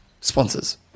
sponsors